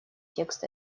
текст